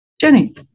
Jenny